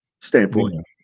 standpoint